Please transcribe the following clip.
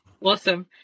Awesome